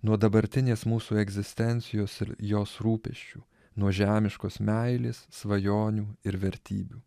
nuo dabartinės mūsų egzistencijos ir jos rūpesčių nuo žemiškos meilės svajonių ir vertybių